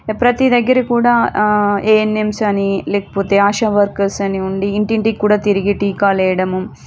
ప్రతీ దగ్గర కూడా ఏఎన్ఎంస్ అనీ లేకపోతే ఆశా వర్కర్స్ అని ఉండి ఇంటింటికి కూడా తిరిగి టీకాలు వేయడము